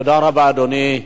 תודה רבה, אדוני.